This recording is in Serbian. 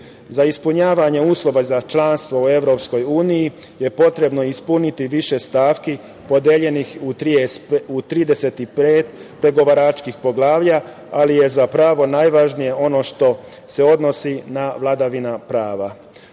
ispunjavanje uslova za članstvo EU je potrebno ispuniti više stavki podeljenih u 35 pregovaračkih poglavlja, ali je za pravo najvažnije ono što se odnosi na vladavinu prava. Do